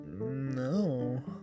no